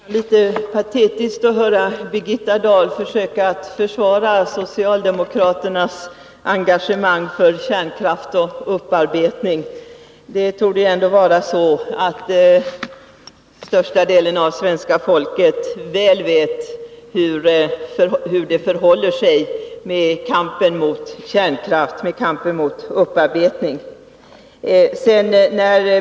Herr talman! Det är nästan litet patetiskt att höra Birgitta Dahl försöka försvara socialdemokraternas engagemang för kärnkraft och upparbetning. Största delen av svenska folket torde ändå väl veta hur det förhåller sig med kampen mot kärnkraft och kampen mot upparbetning.